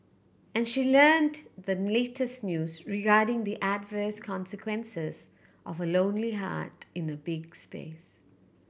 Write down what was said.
and she learnt the latest news regarding the adverse consequences of a lonely heart in a big space